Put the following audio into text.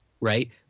right